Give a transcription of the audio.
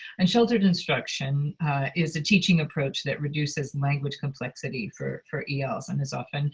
and sheltered instruction is a teaching approach that reduces language complexity for for els and is often